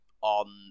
on